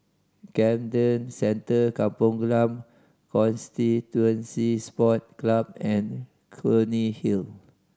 Camden Centre Kampong Glam Constituency Sport Club and Clunny Hill